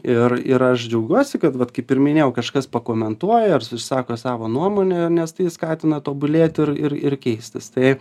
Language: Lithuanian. ir ir aš džiaugiuosi kad vat kaip ir minėjau kažkas pakomentuoja ar išsako savo nuomonę nes tai skatina tobulėt ir ir ir keistis tai